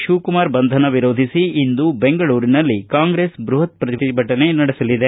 ಶಿವಕುಮಾರ್ ಬಂಧನ ವಿರೋಧಿಸಿ ಇಂದು ಬೆಂಗಳೂರಿನಲ್ಲಿ ಕಾಂಗ್ರೆಸ್ ಬೃಹತ್ ಪ್ರತಿಭಟನೆ ನಡೆಸಲಿದೆ